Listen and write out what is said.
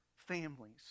families